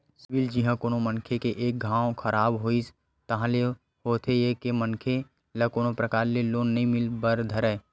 CIBIL जिहाँ कोनो मनखे के एक घांव खराब होइस ताहले होथे ये के मनखे ल कोनो परकार ले लोन नइ मिले बर धरय